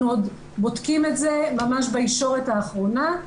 אנחנו עוד בודקים את זה ממש בישורת האחרונה,